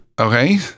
Okay